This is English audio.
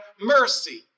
mercy